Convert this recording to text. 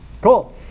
Cool